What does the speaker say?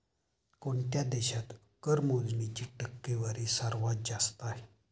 कोणत्या देशात कर मोजणीची टक्केवारी सर्वात जास्त आहे?